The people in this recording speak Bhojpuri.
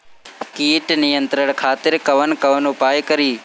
कीट नियंत्रण खातिर कवन कवन उपाय करी?